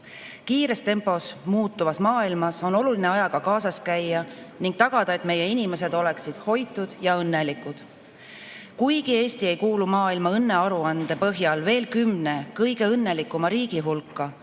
Kiire tempoga muutuvas maailmas on oluline ajaga kaasas käia ning tagada, et meie inimesed oleksid hoitud ja õnnelikud. Kuigi Eesti ei kuulu maailma õnnearuande põhjal veel kümne kõige õnnelikuma riigi hulka,